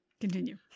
Continue